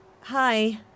Hi